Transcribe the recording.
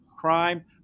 crime